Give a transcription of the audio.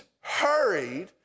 hurried